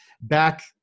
back